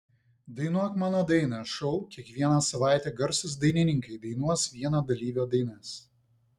dainuok mano dainą šou kiekvieną savaitę garsūs dainininkai dainuos vieno dalyvio dainas